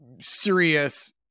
serious